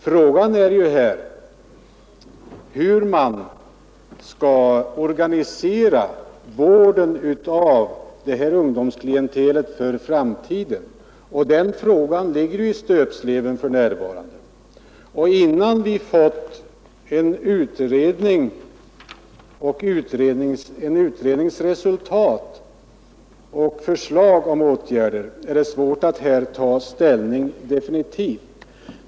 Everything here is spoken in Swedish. Frågan är hur man skall organisera vården av det här ungdomsklientelet för framtiden, och den frågan ligger ju i stöpsleven för närvarande. Innan vi fått tillsätta en utredning och även fått fram dennas resultat och förslag om åtgärder är det svårt att här definitivt ta ställning.